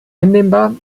hinnehmbar